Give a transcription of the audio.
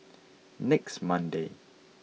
next Monday